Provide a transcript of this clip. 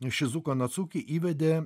šizuko nazuki įvedė